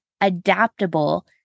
adaptable